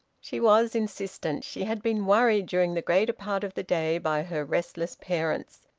she was insistent. she had been worried during the greater part of the day by her restless parents,